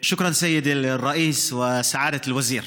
שוכרן, סיידי א-ראיס וסעאדת אל-וזיר.